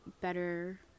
better